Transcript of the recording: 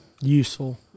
Useful